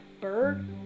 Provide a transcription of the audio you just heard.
bird